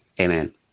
Amen